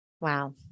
Wow